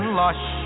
lush